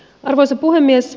arvoisa puhemies